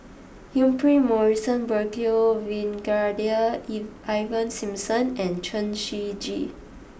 Humphrey Morrison Burkill Brigadier Ivan Simson and Chen Shiji